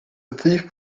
thief